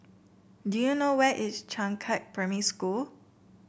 do you know where is Changkat Primary School